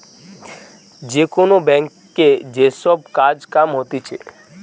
যে কোন ব্যাংকে যে সব কাজ কাম হতিছে